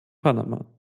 panama